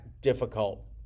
difficult